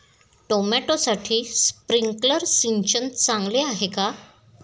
टोमॅटोसाठी स्प्रिंकलर सिंचन चांगले आहे का?